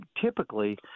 typically